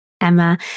Emma